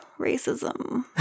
racism